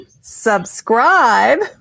subscribe